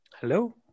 Hello